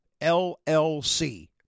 LLC